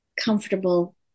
comfortable